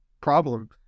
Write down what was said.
problem